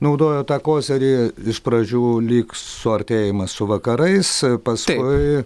naudojo tą kozirį iš pradžių lyg suartėjimą su vakarais paskui